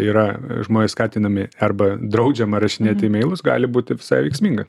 yra žmonės skatinami arba draudžiama rašinėti imeilus gali būti visai veiksminga